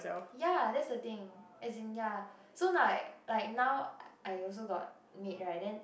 ya that's the thing as in ya so like like now I also got maid right then